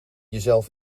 jezelf